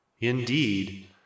Indeed